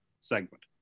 segment